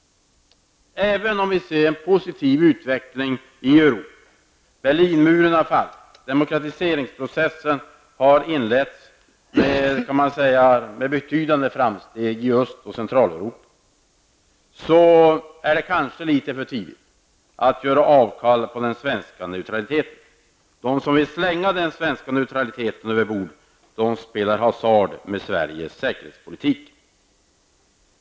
Även om vi ser en positiv utveckling i Europa -- Berlinmuren har fallit, demokratiseringsprocessen har inletts med betydande framsteg i Öst och Centraleuropa -- är det kanske litet för tidigt att göra avkall på den svenska neutraliteten. De som vill slänga den svenska neutraliteten över bord spelar hasard med Sveriges säkerhet.